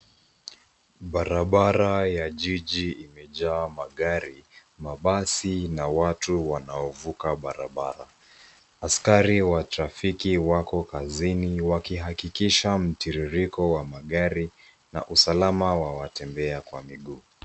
Barabara ya jiji imejaa magari, mabasi na watu wanaovuka barabara. Askari wa trafiki wako kazini wakihakikisha mtiririko wa magari na usalama wa watembea kwa miguu.